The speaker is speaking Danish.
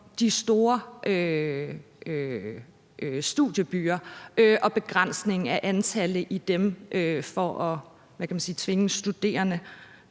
de store studiebyer og begrænsningen i antallet af dem for at, hvad kan